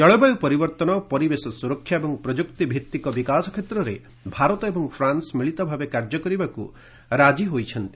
ଜଳବାୟୁ ପରିବର୍ତ୍ତନ ପରିବେଶ ସୁରକ୍ଷା ଏବଂ ପ୍ରଯୁକ୍ତି ଭିତ୍ତିକ ବିକାଶ କ୍ଷେତ୍ରରେ ଭାରତ ଏବଂ ଫ୍ରାନ୍ସ ମିଳିତଭାବେ କାର୍ଯ୍ୟକରିବାକୁ ରାଜି ହେଉଛନ୍ତି